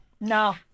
No